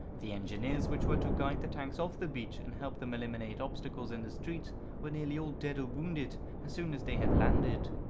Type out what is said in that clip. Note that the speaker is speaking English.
the engineers which were to guide the tanks off the beach and help them eliminate obstacles in the streets were nearly all dead or wounded as soon as they had landed